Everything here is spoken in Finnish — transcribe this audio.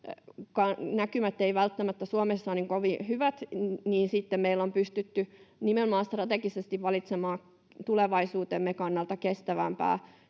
näkymät eivät välttämättä Suomessa ole niin kovin hyvät, niin sitten meillä on pystytty nimenomaan strategisesti valitsemaan tulevaisuutemme kannalta kestävämpää